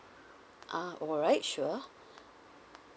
ah alright sure